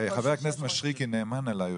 חבר הכנסת מישרקי נאמן אליי.